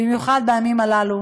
במיוחד בימים הללו,